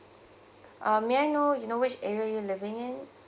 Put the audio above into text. uh may I know you know which area you're living in